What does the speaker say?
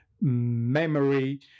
Memory